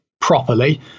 properly